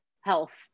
health